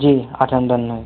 जी आठ अंदन में